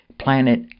planet